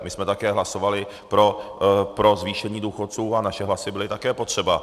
My jsme taky hlasovali pro zvýšení důchodcům a naše hlasy byly také potřeba.